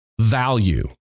value